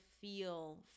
feel